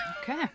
Okay